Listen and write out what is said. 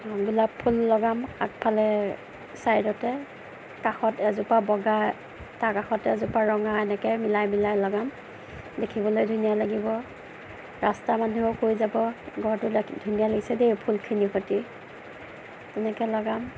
গোলাপ ফুল লগাম আগফালে চাইডতে কাষত এজোপা বগা তাৰ কাষতে এজোপা ৰঙা এনেকে মিলাই মিলাই লগাম দেখিবলৈ ধুনীয়া লাগিব ৰাস্তাৰ মানুহেও কৈ যাব ঘৰটো দেখিবলৈ ধুনীয়া লাগিছে দেই ফুলখিনিৰ সৈতে তেনেকে লগাম